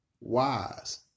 Wise